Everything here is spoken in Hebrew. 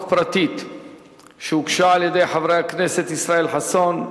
פרטית שהוגשה על-ידי חברי הכנסת ישראל חסון,